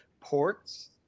ports